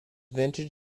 vintage